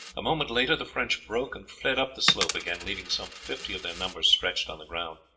a moment later the french broke and fled up the slope again, leaving some fifty of their number stretched on the ground.